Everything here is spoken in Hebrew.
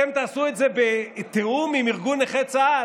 אתם תעשו את זה בתיאום עם ארגון נכי צה"ל?